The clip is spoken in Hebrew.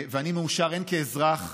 ואני מאושר הן כאזרח,